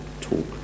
talk